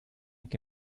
que